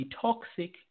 toxic